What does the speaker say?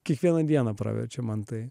kiekvieną dieną praverčia man tai